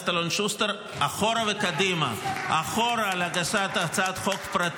אני קורא לכנסת לאשר את הצעת החוק.